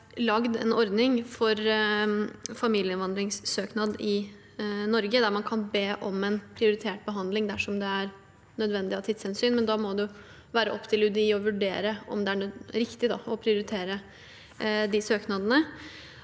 UDI har lagd en ordning for familieinnvandringssøknad i Norge, der man kan be om en prioritert behandling dersom det er nødvendig av tidshensyn. Da må det være opp til UDI å vurdere om det er riktig å prioritere disse søknadene.